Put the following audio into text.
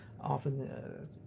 often